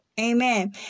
Amen